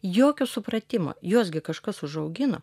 jokio supratimo juos gi kažkas užaugino